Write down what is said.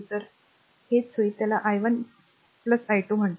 तर हेच होईल ज्याला i1 i2 म्हणतात